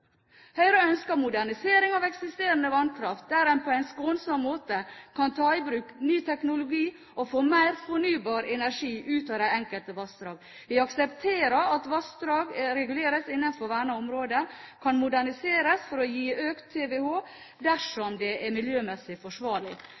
Høyre ønsker modernisering av eksisterende vannkraft, der en på en skånsom måte kan ta i bruk ny teknologi og få mer fornybar energi ut av de enkelte vassdrag. Vi aksepterer at vassdrag regulert innenfor vernet område kan moderniseres for å gi økt TWh